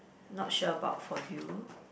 not sure about for you